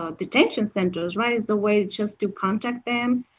ah detention centers, right, a way just to contact them,